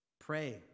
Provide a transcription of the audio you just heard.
Pray